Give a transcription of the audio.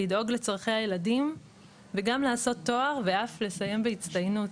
לדאוג לצרכי הילדים וגם לעשות תואר ואף לסיים בהצטיינות,